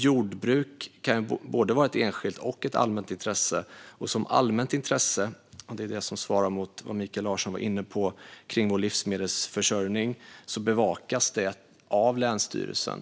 Jordbruk kan vara både ett enskilt och ett allmänt intresse, och som allmänt intresse - vilket svarar mot det som Mikael Larsson var inne på gällande vår livsmedelsförsörjning - bevakas det av länsstyrelserna.